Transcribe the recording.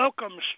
Welcome